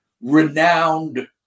renowned